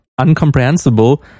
uncomprehensible